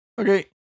Okay